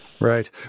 Right